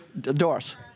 Doris